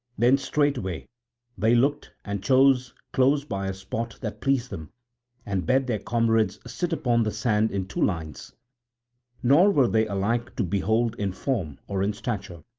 then straightway they looked and chose close by a spot that pleased them and bade their comrades sit upon the sand in two lines nor were they alike to behold in form or in stature.